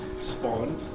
Spawn